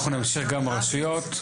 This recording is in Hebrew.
אנחנו נמשיך עם ראשי הרשויות,